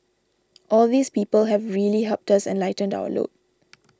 all these people have really helped us and lightened our load